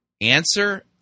Answer